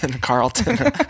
Carlton